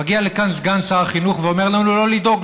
מגיע לכאן סגן שר החינוך ואומר לנו: לא לדאוג,